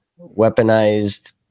weaponized